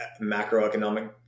macroeconomic